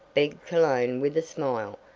begged cologne with a smile.